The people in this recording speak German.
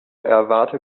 erwarte